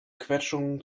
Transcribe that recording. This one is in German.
quetschungen